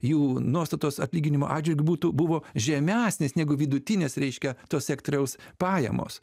jų nuostatos atlyginimo atžvilgiu būtų buvo žemesnės negu vidutinės reiškia to sektoriaus pajamos